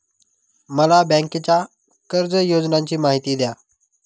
मला बँकेच्या कर्ज योजनांची माहिती द्या